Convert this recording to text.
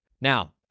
Now